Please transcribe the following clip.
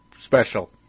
special